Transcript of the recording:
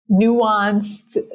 nuanced